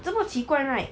这么奇怪 right